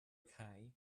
okay